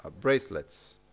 bracelets